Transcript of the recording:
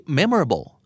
memorable